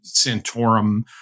Santorum